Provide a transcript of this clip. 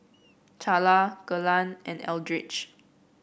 Charla Kelan and Eldridge